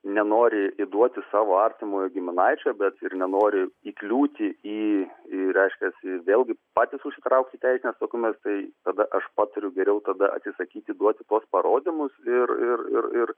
nenori įduoti savo artimojo giminaičio bet ir nenori įkliūti į į reiškias vėlgi patys užsitraukti teisines atsakomybes bei tada aš patariu geriau tada atsisakyti duoti tuos parodymus ir ir ir ir